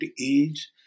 age